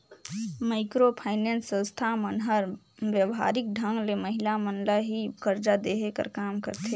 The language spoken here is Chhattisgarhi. माइक्रो फाइनेंस संस्था मन हर बेवहारिक ढंग ले महिला मन ल ही करजा देहे कर काम करथे